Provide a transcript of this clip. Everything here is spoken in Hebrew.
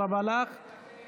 בואו נסגור את המליאה, עכשיו.